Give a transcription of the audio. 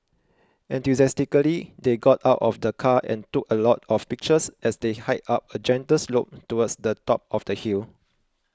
enthusiastically they got out of the car and took a lot of pictures as they hiked up a gentle slope towards the top of the hill